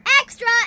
extra